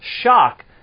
shock